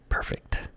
perfect